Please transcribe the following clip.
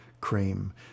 Cream